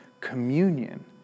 communion